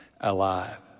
alive